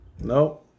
No